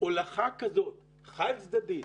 הולכת כזו חד צדדית,